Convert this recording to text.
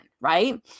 right